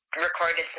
recorded